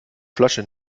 flasche